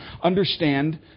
understand